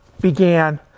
began